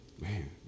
Man